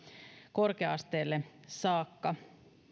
korkea asteelle saakka